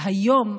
והיום,